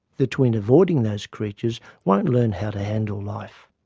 the twin avoiding those creatures won't learn how to handle life,